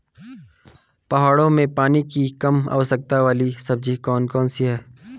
पहाड़ों में पानी की कम आवश्यकता वाली सब्जी कौन कौन सी हैं?